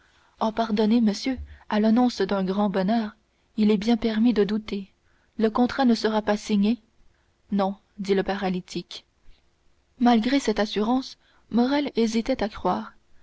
oh pardonnez monsieur à l'annonce d'un grand bonheur il est bien permis de douter le contrat ne sera pas signé non dit le paralytique malgré cette assurance morrel hésitait à croire